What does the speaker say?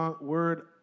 word